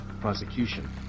prosecution